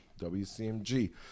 WCMG